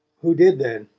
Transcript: who did, then?